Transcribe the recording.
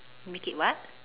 make it what